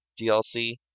DLC